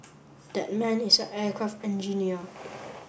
that man is a aircraft engineer